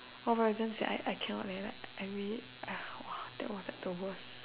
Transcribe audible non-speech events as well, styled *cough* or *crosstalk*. oh no it seems that I I cannot man I I really *breath* !wow! that was like the worst